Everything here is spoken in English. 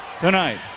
Tonight